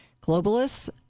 Globalists